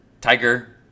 tiger